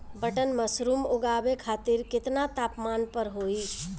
Button mushroom उगावे खातिर केतना तापमान पर होई?